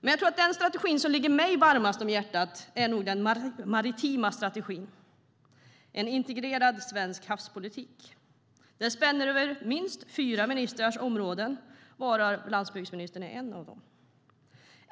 Jag tror dock att den strategi som ligger mig varmast om hjärtat är den maritima strategin. Det handlar om en integrerad svensk havspolitik som spänner över minst fyra ministrars områden, varav landsbygdsministern är en.